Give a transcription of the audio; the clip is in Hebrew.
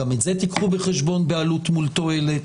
גם את זה תביאו בחשבון בעלות מול תועלת.